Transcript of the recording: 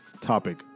topic